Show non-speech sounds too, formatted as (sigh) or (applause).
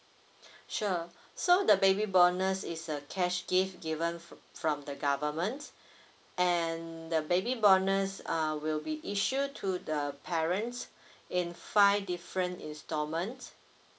(breath) sure so the baby bonus is a cash gift given fr~ from the government (breath) and the baby bonus uh will be issued to the parents in five different installment